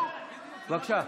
בבקשה.